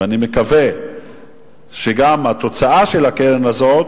ואני מקווה שגם התוצאה של הקרן הזאת